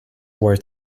were